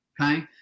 okay